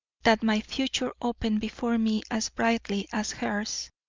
that my future opened before me as brightly as hers!